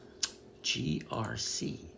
GRC